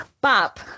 bop